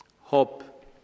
Hope